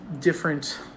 different